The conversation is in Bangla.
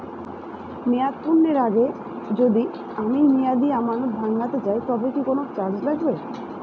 মেয়াদ পূর্ণের আগে যদি আমি মেয়াদি আমানত ভাঙাতে চাই তবে কি কোন চার্জ লাগবে?